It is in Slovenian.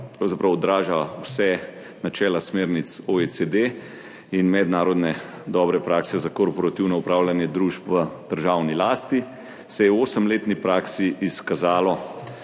odraža vse načela smernic OECD in mednarodne dobre prakse za korporativno upravljanje družb v državni lasti, se je v osemletni praksi izkazalo,